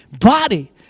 body